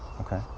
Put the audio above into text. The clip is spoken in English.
Okay